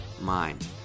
mind